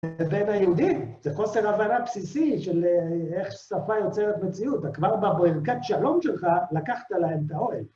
זה בין היהודים, זה חוסר הבנה בסיסי של איך שפה יוצרת מציאות. כבר בברכת שלום שלך לקחת להם את האוהל.